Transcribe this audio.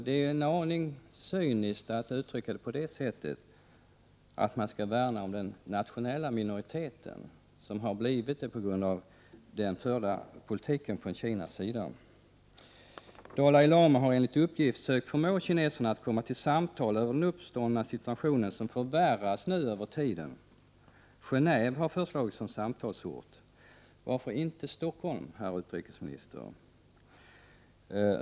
Det är en aning cyniskt att uttrycka det så, att man skall värna om den nationella minoriteten, som har blivit just det på grund av den från kinesernas sida förda politiken. Dalai lama har enligt min uppfattning försökt förmå kineserna att komma till samtal om den uppståndna situationen, som nu förvärras över tiden. Genéve har föreslagits som samtalsort. Varför inte Stockholm, herr utrikesminister?